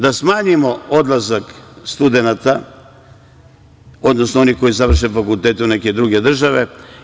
Da smanjimo odlazak studenata, odnosno onih koji završe fakultete u neke druge države.